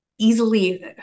easily